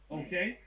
okay